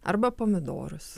arba pomidorus